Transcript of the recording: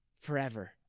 forever